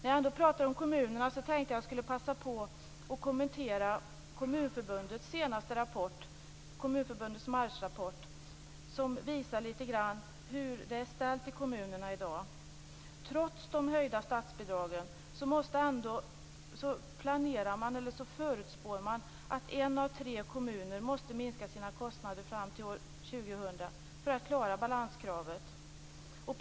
När jag ändå talar om kommunerna tänkte jag passa på att kommentera Kommunförbundets marsrapport, som visar hur det är ställt i kommunerna i dag. Trots de höjda statsbidragen förutspår man att en av tre kommuner måste minska sina kostnader fram till år 2000 för att klara balanskravet.